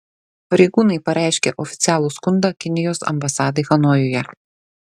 pareigūnai pareiškė oficialų skundą kinijos ambasadai hanojuje